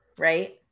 right